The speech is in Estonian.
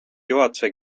juhatuse